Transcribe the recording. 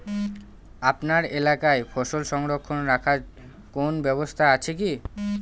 আপনার এলাকায় ফসল সংরক্ষণ রাখার কোন ব্যাবস্থা আছে কি?